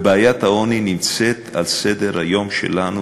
ובעיית העוני נמצאת על סדר-היום שלנו,